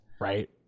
Right